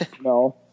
No